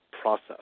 process